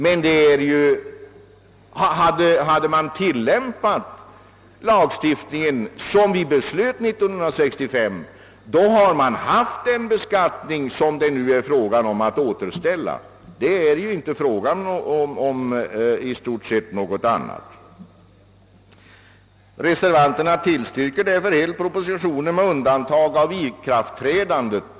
Men hade man tilllämpat lagen i enlighet med 1965 års beslut hade vi redan haft en sådan beskattning som det nu är fråga om att återställa. Reservanterna tillstyrker därför helt propositionen med undantag av tidpunkten för ikraftträdandet.